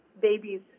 babies